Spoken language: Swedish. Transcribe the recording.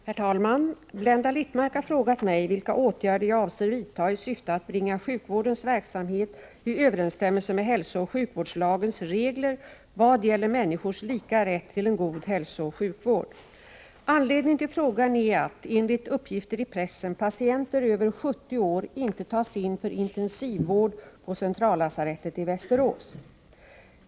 Herr talman! Blenda Littmarck har frågat mig vilka åtgärder jag avser vidta i syfte att bringa sjukvårdens verksamhet i överensstämmelse med hälsooch sjukvårdslagens regler i vad gäller människors lika rätt till en god hälsooch sjukvård. Anledningen till frågan är att — enligt uppgift i pressen — patienter över 70 år inte tas in för intensivvård på centrallasarettet i Västerås.